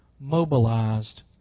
mobilized